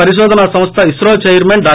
పరిశోధన సంస్ట ఇస్రో చైర్మన్ డా